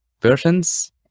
Persons